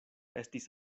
estis